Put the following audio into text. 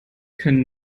können